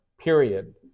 period